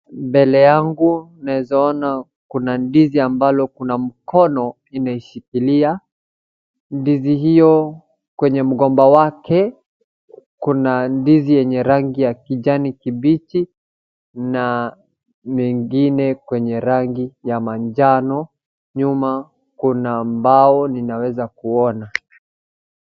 Mbele yangu naeza ona kuna ndizi ambalo kuna mkono inaishikilia, ndizi hiyo kwenye mgomba wake kuna ndizi yenye rangi ya kijani kibichi na mengine kwenye rangi ya manjano nyuma kuna mbao ninaweza kuona.